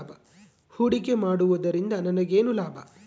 ಹೂಡಿಕೆ ಮಾಡುವುದರಿಂದ ನನಗೇನು ಲಾಭ?